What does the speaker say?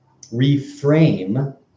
reframe